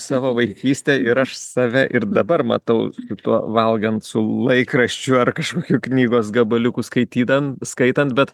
savo vaikystę ir aš save ir dabar matau kaip tuo valgant su laikraščiu ar kažkokiu knygos gabaliuku skaitydan skaitant bet